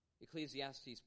Ecclesiastes